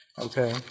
Okay